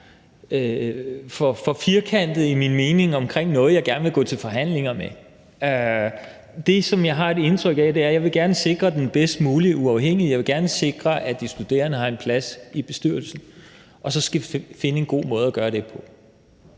for firkantet i min mening om noget, som jeg gerne vil gå til forhandlinger om. Jeg har det sådan, at jeg gerne vil sikre den bedst mulige uafhængighed i det, og jeg vil gerne sikre, at de studerende har en plads i bestyrelsen, og så skal vi finde en god måde at gøre det på.